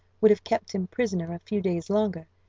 would have kept him prisoner a few days longer,